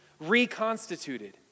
reconstituted